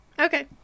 Okay